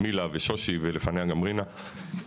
מילה ושושי ולפניה גם רינה,